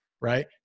Right